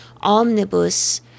omnibus